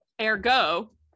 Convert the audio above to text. ergo